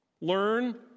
Learn